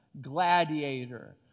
Gladiator